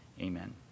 amen